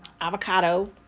avocado